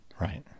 Right